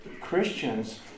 Christians